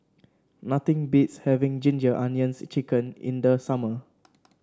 nothing beats having Ginger Onions chicken in the summer